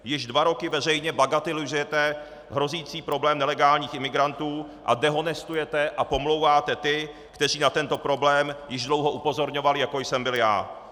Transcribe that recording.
Již dva roky veřejně bagatelizujete hrozící problém nelegálních imigrantů a dehonestujete a pomlouváte ty, kteří na tento problém již dlouho upozorňovali, jako jsem byl já.